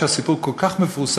ואומנם הסיפור כל כך מפורסם,